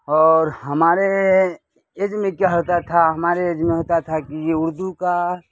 اور ہمارے ایج میں کیا ہوتا تھا ہمارے ایج میں ہوتا تھا کہ یہ اردو کا